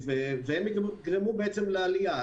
הם יגרמו בעצם לעלייה.